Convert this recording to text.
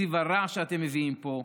התקציב הרע שאתם מביאים פה,